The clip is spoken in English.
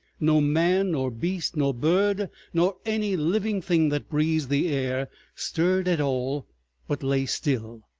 no man nor beast nor bird nor any living thing that breathes the air stirred at all but lay still.